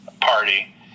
party